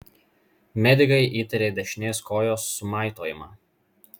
medikai įtarė dešinės kojos sumaitojimą